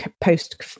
post